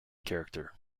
character